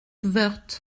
woerth